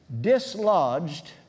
dislodged